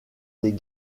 des